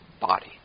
body